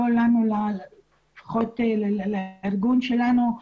לפחות לא לארגון שלנו.